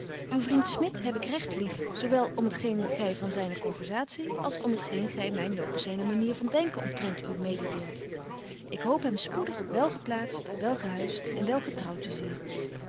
uw vriend smit heb ik regt lief zo wel om het geen gy van zyne conversatie als om t geen gy my nopens zyne manier van denken omtrent u mededeelt ik hoop hem spoedig wel geplaatst wel gehuist en wel getrouwt te zien